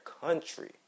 country